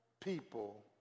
people